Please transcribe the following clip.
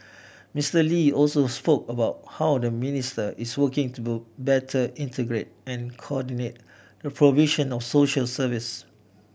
Mister Lee also spoke about how the ministry is working better integrate and coordinate the provision of social services